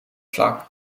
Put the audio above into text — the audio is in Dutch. vlak